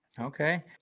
Okay